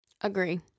agree